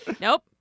nope